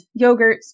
yogurts